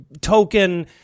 token